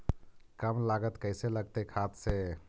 कम लागत कैसे लगतय खाद से?